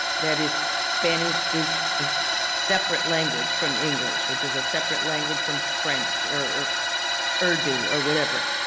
that is spanish is a separate language from english which is a separate language from french or or irdu or whatever.